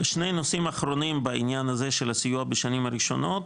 שני נושאים אחרונים בעניין הזה של הסיוע בשנים הראשונות: